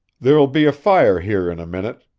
there'll be a fire here in a minute,